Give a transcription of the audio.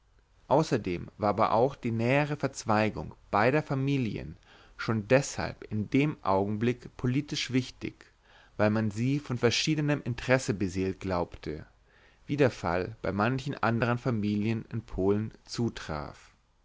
außerdem war aber auch die nähere verzweigung beider familien schon deshalb in dem augenblick politisch wichtig weil man sie von verschiedenem interesse beseelt glaubte wie der fall bei manchen andern familien in polen zutraf